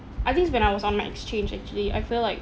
I think it's when I was on my exchange actually I feel like